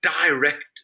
direct